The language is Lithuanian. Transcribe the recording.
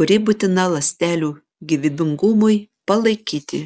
kuri būtina ląstelių gyvybingumui palaikyti